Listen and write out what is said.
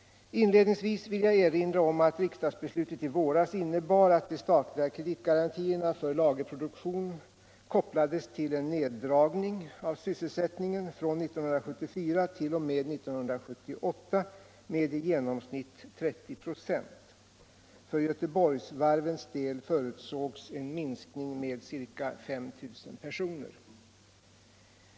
Inledningsvis vill jag erinra om att'riksdagsbeslutet i våras innebar att de statliga kreditgarantierna för lagerproduktion kopplades till en neddragning av sysselsättningen från 1974 t.o.m. 1978 med i genomsnitt 30 26. För Göteborgsvarvens del förutsågs en minskning med ca 5 000 personer.